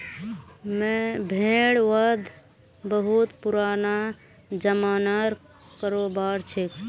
भेड़ वध बहुत पुराना ज़मानार करोबार छिके